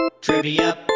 Trivia